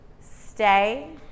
stay